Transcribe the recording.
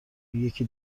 یکی